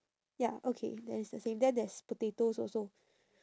ya okay then it's the same then there's potatoes also